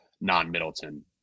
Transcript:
non-middleton